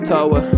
Tower